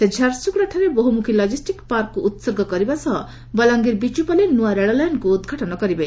ସେ ଝାରସୁଗୁଡ଼ାଠାରେ ବହୁମୁଖୀ ଲଜିଷ୍ଟିକ୍ ପାର୍କକୁ ଉତ୍ସର୍ଗ କରିବା ସହ ବଲାଙ୍ଗୀର ବିଚୁପାଲି ନୂଆ ରେଳ ଲାଇନ୍କୁ ଉଦ୍ଘାଟନ କରିବେ